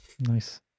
nice